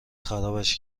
خرابش